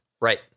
right